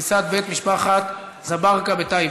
הריסת בית משפחת אזברגה בטייבה,